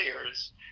players